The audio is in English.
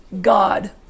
God